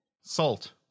Salt